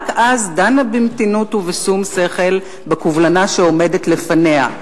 רק אז דנה הוועדה במתינות ובשום-שכל בקובלנה שעומדת בפניה.